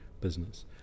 business